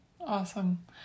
awesome